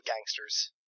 gangsters